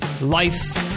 life-